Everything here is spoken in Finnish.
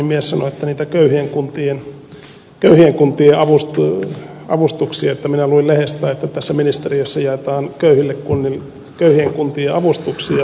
mies sanoi että niitä köyhien kuntien avustuksia minä luin lehdestä että tässä ministeriössä jaetaan köyhien kuntien avustuksia minä olen köyhä kunti